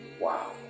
Wow